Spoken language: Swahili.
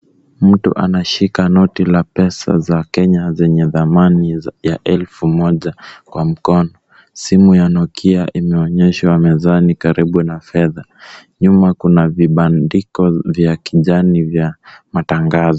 Mtu anashika noti la pesa za Kenya zenye dhamani ya elfu moja kwa mkono. Simu ya Nokia inaonyeshwa mezani karibu na fedha. Nyuma kuna vibandiko vya kijani vya matangazo.